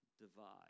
divide